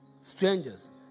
Strangers